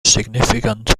significant